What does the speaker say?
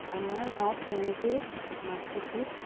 আমাৰ গাঁৱত তেনেকেই মাছ পুঠি